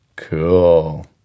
Cool